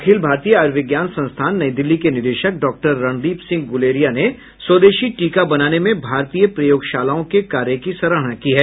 अखिल भारतीय आयुर्विज्ञान संस्थान नई दिल्ली के निदेशक डॉक्टर रणदीप सिंह गुलेरिया ने स्वदेशी टीका बनाने में भारतीय प्रयोगशालाओं के कार्य की सराहना की है